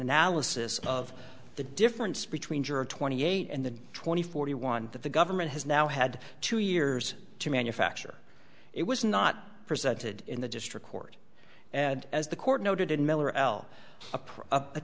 analysis of the difference between juror twenty eight and the twenty forty one that the government has now had two years to manufacture it was not presented in the district court and as the court noted in miller l a